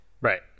Right